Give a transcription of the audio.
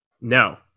No